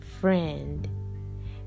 friend